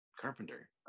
Carpenter